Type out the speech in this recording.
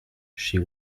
chez